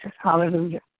hallelujah